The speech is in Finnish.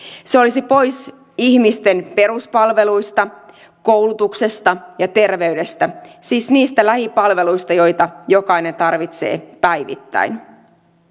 se olisi pois ihmisten peruspalveluista koulutuksesta ja terveydestä siis niistä lähipalveluista joita jokainen tarvitsee päivittäin